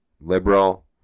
liberal